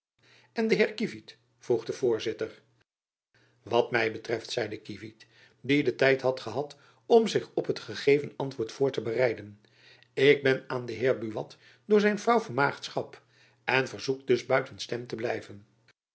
en de heer kievit vroeg de voorzitter wat my betreft zeide kievit die den tijd had gehad om zich op het te geven antwoord voor te jacob van lennep elizabeth musch bereiden ik ben aan den heer buat door zijn vrouw vermaagschapt en verzoek dus buiten stem te blijven